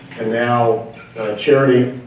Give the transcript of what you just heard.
and now cherry,